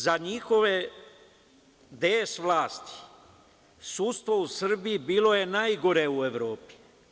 Za njihove DS vlasti sudstvo u Srbiji bilo je najgore u Evropi.